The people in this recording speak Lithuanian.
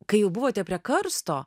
kai jau buvote prie karsto